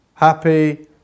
happy